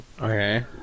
Okay